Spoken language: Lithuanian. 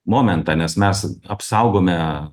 momentą nes mes apsaugome